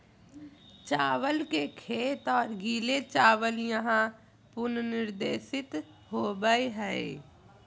चावल के खेत और गीले चावल यहां पुनर्निर्देशित होबैय हइ